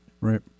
Right